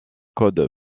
code